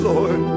Lord